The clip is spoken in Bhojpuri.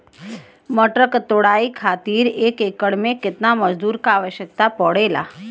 मटर क तोड़ाई खातीर एक एकड़ में कितना मजदूर क आवश्यकता पड़ेला?